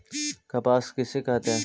कपास किसे कहते हैं?